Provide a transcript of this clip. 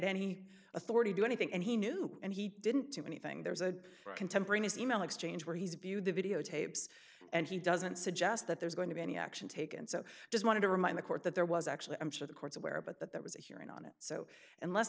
any authority do anything and he knew and he didn't do anything there's a contemporaneous e mail exchange where he's bude the videotapes and he doesn't suggest that there's going to be any action taken so i just wanted to remind the court that there was actually i'm sure the court's aware but that there was a hearing on it so unless